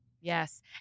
Yes